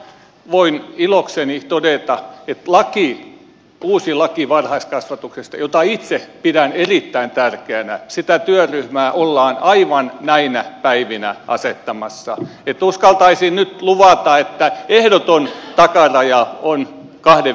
voin ilokseni todeta että uusi laki varhaiskasvatuksesta jota itse pidän erittäin tärkeänä sitä työryhmää ollaan aivan näinä päivinä asettamassa että uskaltaisin nyt luvata että ehdoton takaraja on kahden viikon päästä